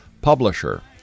publisher